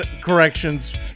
corrections